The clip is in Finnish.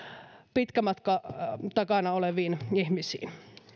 pitkän matkan takana oleviin ihmisiin